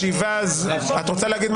ישיבה זו נעולה.